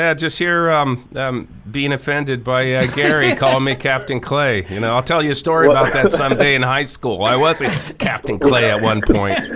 just here being offended by gary calling me captain clay. you know i'll tell you a story about that someday in high school. i was a captain clay at one point.